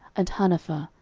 and harnepher,